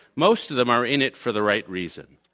most of them are in it for the right reason,